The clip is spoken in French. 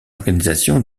organisation